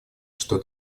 что